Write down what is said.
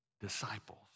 disciples